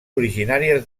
originàries